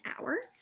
hour